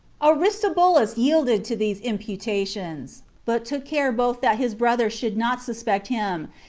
aristobulus yielded to these imputations, but took care both that his brother should not suspect him,